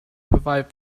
provide